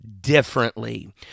differently